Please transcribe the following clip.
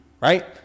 Right